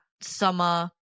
summer